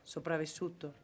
Sopravvissuto